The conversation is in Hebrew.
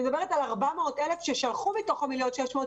מדברת על 400,000 ששלחו מתוך 1.6 מיליון,